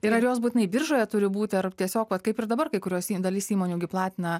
ir ar jos būtinai biržoje turi būti ar tiesiog vat kaip ir dabar kai kurios įm dalis įmonių gi platina